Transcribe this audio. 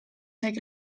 take